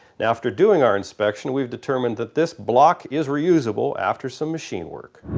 now after doing our inspection we've determined that this block is reusable after some machine work.